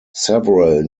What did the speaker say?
several